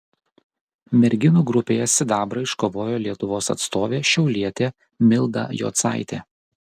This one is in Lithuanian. merginų grupėje sidabrą iškovojo lietuvos atstovė šiaulietė milda jocaitė